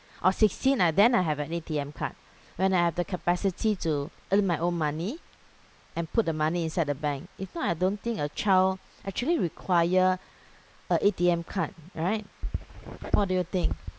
or sixteen ah then I have an A_T_M card when I have the capacity to earn my own money and put the money inside the bank if not I don't think a child actually require a A_T_M card right what do you think